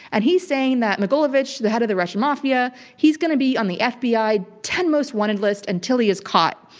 and he's saying that mogilevich, the head of the russian mafia, he's going to be on the fbi ten most wanted list until he is caught.